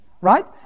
right